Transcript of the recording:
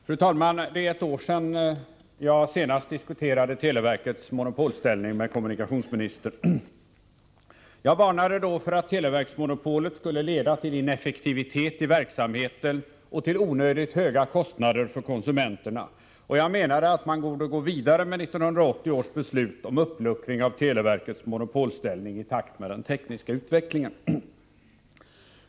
Fru talman! Det är ett år sedan jag senast diskuterade televerkets monopolställning med kommunikationsministern. Jag varnade då för att televerksmonopolet skulle leda till ineffektivitet i verksamheten och till onödigt höga kostnader för konsumenterna, och jag menade att man borde gå vidare med 1980 års beslut om uppluckring av televerkets monopolställning, i takt med den tekniska utvecklingen.